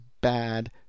bad